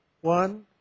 One